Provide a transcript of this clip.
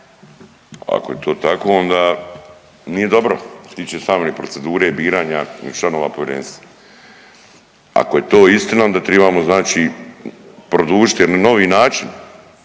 Ako je to tako, nije dobro što se tiče same procedure, biranja članova povjerenstva. Ako je to istina onda tribamo znači produžit je na novi način,